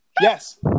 Yes